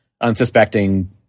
unsuspecting